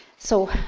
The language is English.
so